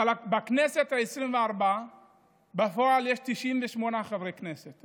אבל בכנסת העשרים-וארבע בפועל יש 98 חברי כנסת,